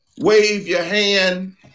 wave-your-hand